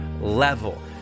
level